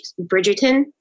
Bridgerton